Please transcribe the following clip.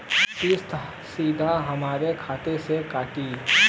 किस्त सीधा हमरे खाता से कटी?